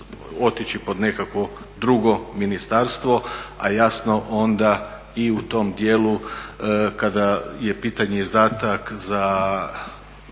otići pod nekakvo drugo ministarstvo. A jasno onda i u tom djelu kada je pitanje izdatak za